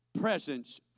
presence